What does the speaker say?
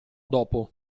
dopo